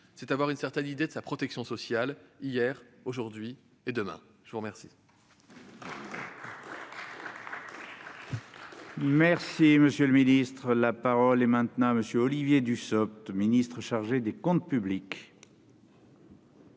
aussi avoir une certaine idée de sa protection sociale, hier, aujourd'hui et demain. La parole